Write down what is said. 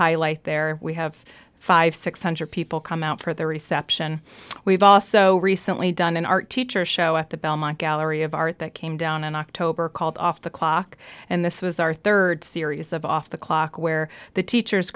highlight there we have five six hundred people come out for the reception we've also recently done an art teacher show at the belmont gallery of art that came down in october called off the clock and this was our third series of off the clock where the teachers